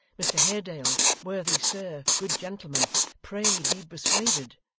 mr haredale worthy sir good gentleman pray be persuaded